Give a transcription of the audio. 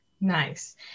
Nice